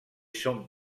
sont